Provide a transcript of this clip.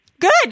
Good